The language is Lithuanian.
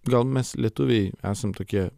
gal mes lietuviai esam tokie